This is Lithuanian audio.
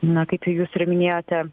na kaip jūs ir minėjote